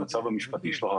במצב המשפטי שלו